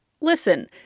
listen